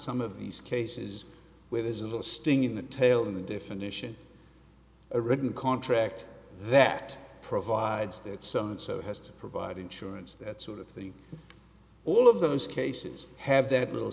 some of these cases where there is a sting in the tail in the definition a written contract that provides that someone so has to provide insurance that sort of thing all of those cases have that little